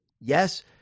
Yes